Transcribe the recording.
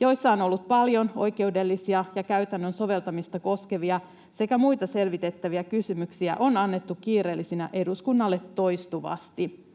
joissa on ollut paljon oikeudellisia ja käytännön soveltamista koskevia sekä muita selvitettäviä kysymyksiä, on annettu kiireellisinä eduskunnalle toistuvasti.